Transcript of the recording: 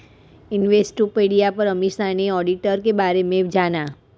Investopedia पर अमीषा ने auditor के बारे में जाना